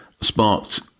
sparked